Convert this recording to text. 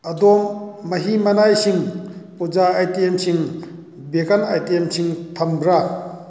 ꯑꯗꯣꯝ ꯃꯍꯤ ꯃꯅꯥꯏꯁꯤꯡ ꯄꯨꯖꯥ ꯑꯥꯏꯇꯦꯝꯁꯤꯡ ꯚꯦꯀꯟ ꯑꯥꯏꯇꯦꯝꯁꯤꯡ ꯊꯝꯕ꯭ꯔꯥ